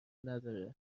نداره